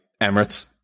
Emirates